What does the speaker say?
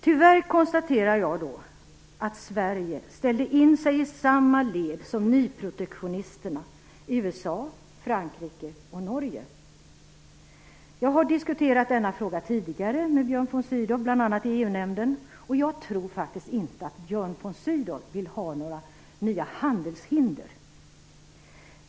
Tyvärr konstaterar jag att Sverige ställde in sig i samma led som nyprotektionisterna USA, Frankrike och Norge. Jag har tidigare diskuterat denna fråga med Björn von Sydow, bl.a. i EU-nämnden och tror faktiskt inte att Björn von Sydow vill ha några nya handelshinder.